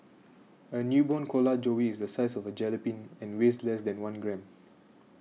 a newborn koala joey is the size of a jellybean and weighs less than one gram